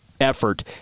effort